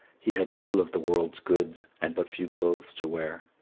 he had little of the world's goods, and but few clothes to wear.